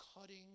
cutting